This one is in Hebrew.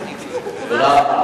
אם כך,